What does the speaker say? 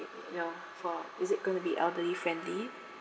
you know for is it going to be elderly friendly